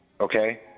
okay